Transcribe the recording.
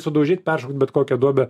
sudaužyt peršokt bet kokią duobę